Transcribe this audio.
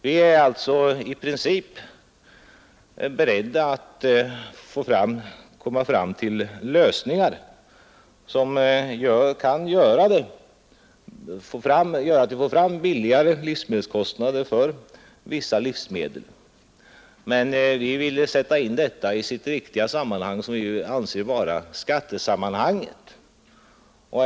Vi är alltså i princip beredda att söka finna lösningar som möjliggör lägre kostnader för vissa livsmedel. Men vi vill sätta in frågan i dess riktiga sammanhang, som vi anser är skattesammanhanget.